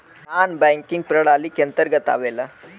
नानॅ banking प्रणाली के अंतर्गत आवेला